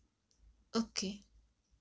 okay